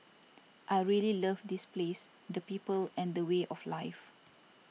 I really love this place the people and the way of life